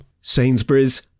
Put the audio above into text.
Sainsbury's